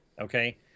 okay